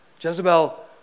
Jezebel